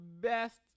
best